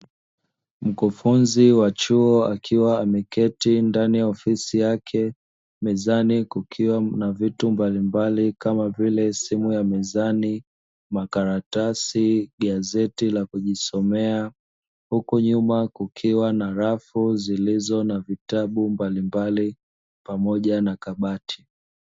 Mkufunzi wa chuo akiwa ameketi ndani ya ofisi yake, mezani kukiwa na vitu mbalimbali, kama vile; simu ya mezani, makaratasi, gazeti la kujisomea, huku nyuma kukiwa na rafu zilizo na vitabu mbalimbali pamoja na kabati.